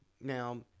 now